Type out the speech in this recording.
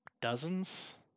dozens